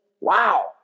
wow